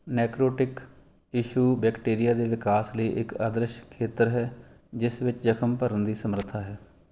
necrotic tissue bacteria ਦੇ ਵਿਕਾਸ ਲਈ ਇੱਕ ਆਦਰਸ਼ ਖੇਤਰ ਹੈ ਜਿਸ ਵਿੱਚ ਜ਼ਖ਼ਮ ਭਰਨ ਦੀ ਸਮਰੱਥਾ ਹੈ